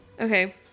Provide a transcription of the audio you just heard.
Okay